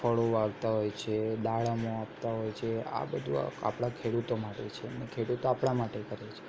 ફળો વાવતા હોય છે દાડમો આપતા હોય છે આ બધું આપણા ખેડૂતો માટે છે ને ખેડૂતો આપણા માટે કરે છે